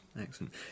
excellent